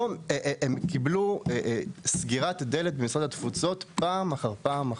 קיבלו סגירת דלת במשרד התפוצות פעם אחר פעם.